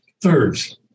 thirds